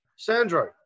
Sandro